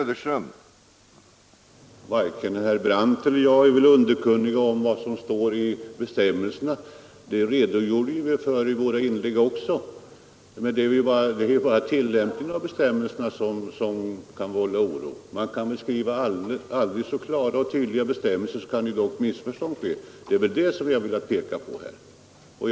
Herr talman! Både herr Brandt och jag är underkunniga om vad som står i bestämmelserna — det redogjorde vi för i våra inlägg också. Men det är tillämpningen av bestämmelserna som kan vålla oro. Även aldrig så klara och tydliga bestämmelser kan missförstås, och det är vad vi velat påpeka.